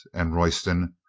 and royston,